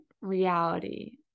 reality